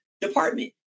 department